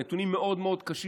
הנתונים מאוד מאוד קשים,